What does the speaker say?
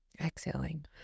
Exhaling